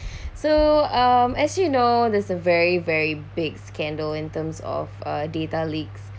so um as you know there's a very very big scandal in terms of a data leaks